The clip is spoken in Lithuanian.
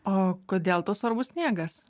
o kodėl tau svarbus sniegas